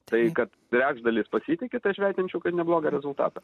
tai kad trečdalis pasitiki tai aš vertinčiau kaip neblogą rezultatą